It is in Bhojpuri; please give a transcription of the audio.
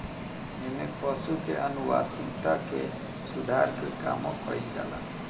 एमे पशु के आनुवांशिकता के सुधार के कामो कईल जाला